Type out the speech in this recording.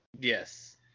Yes